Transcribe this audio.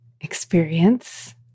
experience